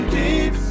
deep